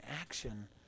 action